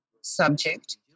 subject